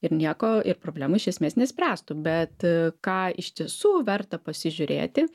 ir nieko ir problemų iš esmės nespręstų bet ką iš tiesų verta pasižiūrėti